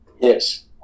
Yes